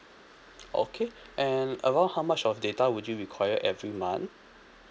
okay and around how much of data would you require every month